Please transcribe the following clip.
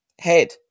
head